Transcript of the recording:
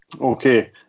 Okay